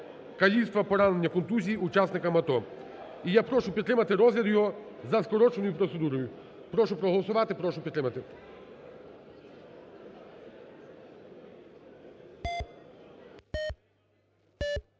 каліцтва, поранення, контузії учасникам АТО). І я прошу підтримати розгляд його за скороченою процедурою. Прошу проголосувати, прошу підтримати.